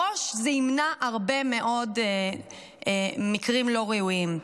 זה ימנע מראש הרבה מאוד מקרים לא ראויים.